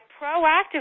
proactively